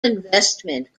investment